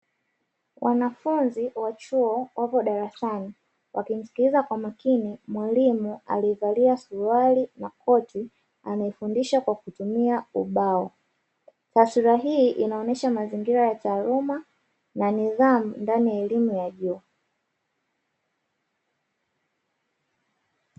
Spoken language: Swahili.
Wanafunzi wa chuo wapo darasani wakimsikiliza kwa makini mwalimu aliyevalia suruali na koti, anayefundisha kawa kutumia ubao. Taswira hii inaonesha mazingira ya taaluma na nidhamu ndani ya elimu ya juu.